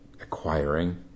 acquiring